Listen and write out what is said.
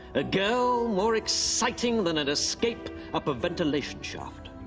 a girl more exciting than an escape up a ventilation shaft.